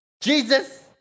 Jesus